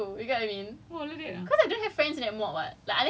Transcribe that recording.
it's an exam who who wants to share your answer with you you get what I mean